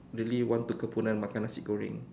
really want to kempunan makan nasi goreng